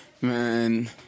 Man